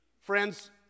Friends